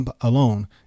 alone